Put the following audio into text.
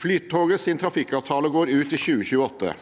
Flytogets trafikkavtale går ut i 2028.